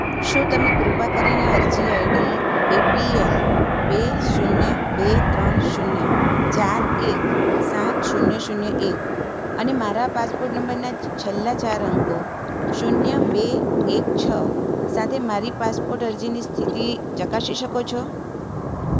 શું તમે કૃપા કરીને અરજી આઈડી એપીએલ બે શૂન્ય બે ત્રણ શૂન્ય ચાર એક સાત શૂન્ય શૂન્ય એક અને મારા પાસપોર્ટ નંબરના છેલ્લા ચાર અંકો શૂન્ય બે એક છ સાથે મારી પાસપોર્ટ અરજીની સ્થિતિ ચકાસી શકો છો